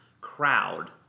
crowd